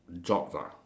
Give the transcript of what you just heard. jobs ah